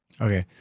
Okay